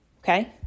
Okay